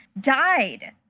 Died